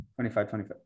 25-25